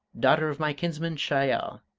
daughter of my kinsman shahyal,